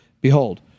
behold